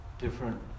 different